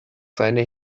seine